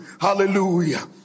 Hallelujah